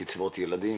בקצבאות ילדים